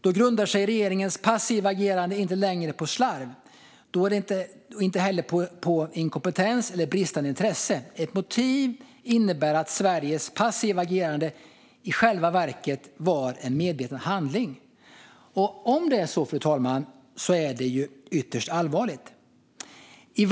Då grundar sig regeringens passiva agerande inte längre på slarv och inte heller på inkompetens eller bristande intresse. Sveriges passiva agerande kan i själva verket ha varit en medveten handling. Om det är så, fru talman, är det ytterst allvarligt.